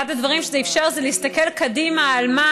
אחד הדברים שזה אפשר זה להסתכל קדימה על מה